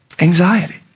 anxiety